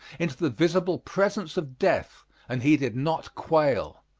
into the visible presence of death and he did not quail.